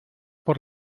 por